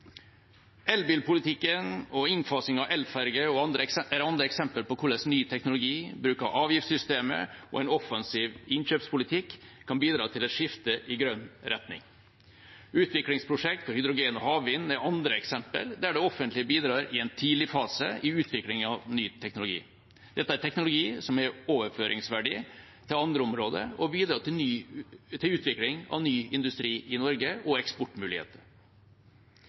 Elbilpolitikken og innfasing av elferger er andre eksempler på hvordan ny teknologi bruker avgiftssystemet, og en offensiv innkjøpspolitikk kan bidra til et skifte i grønn retning. Utviklingsprosjekt for hydrogen og havvind er andre eksempler der det offentlige bidrar i en tidlig fase i utvikling av ny teknologi. Dette er teknologi som har overføringsverdi til andre områder og bidrar til utvikling av ny industri i Norge og eksportmuligheter.